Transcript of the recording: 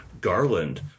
Garland